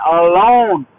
alone